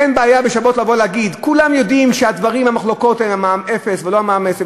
אין בעיה להגיד: כולם יודעים שהמחלוקות על מע"מ אפס ולא מע"מ אפס,